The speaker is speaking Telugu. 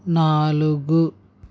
నాలుగు